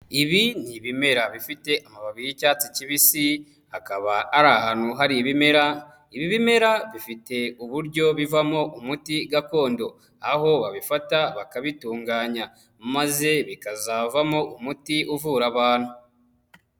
Ibi ni ibimera bifite amababi y'icyatsi kibisi, hakaba ari ahantu hari ibimera, ibi bimera bifite uburyo bivamo umuti gakondo aho babifata bakabitunganya maze bikazavamo umuti uvura abantu.